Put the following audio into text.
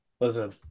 Listen